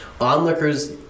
Onlookers